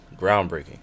groundbreaking